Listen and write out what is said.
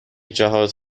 جهات